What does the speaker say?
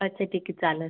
अच्छा ठीक आहे चालेल